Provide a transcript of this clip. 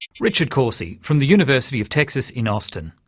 richard corsi from the university of texas in austen.